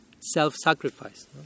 self-sacrifice